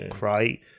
right